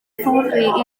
fory